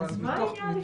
אז מה העניין לפטור?